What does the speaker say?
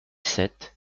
sept